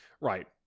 right